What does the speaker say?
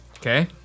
Okay